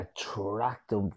attractive